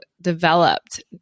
developed